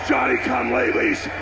Johnny-come-latelys